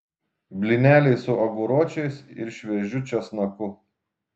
blyneliai su aguročiais ir šviežiu česnaku